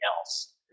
else